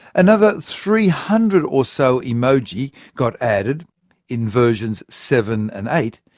another three hundred or so emoji got added in versions seven and eight,